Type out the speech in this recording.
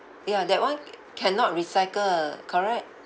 ya that [one] cannot recycle correct